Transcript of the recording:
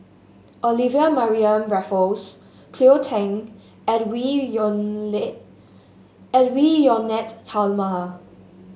Olivia Mariamne Raffles Cleo Thang Edwy Lyonet Edwy Lyonet Talma